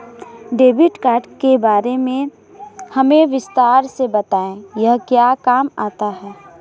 Debit card के बारे में हमें विस्तार से बताएं यह क्या काम आता है?